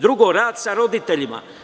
Drugo, rad sa roditeljima.